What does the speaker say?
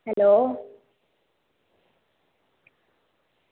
hello